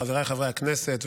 חבריי חברי הכנסת,